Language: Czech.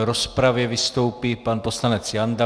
V rozpravě vystoupí pan poslanec Janda.